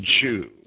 Jew